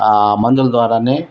ఆ మందుల ద్వారానే